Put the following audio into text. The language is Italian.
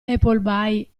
appleby